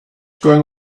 going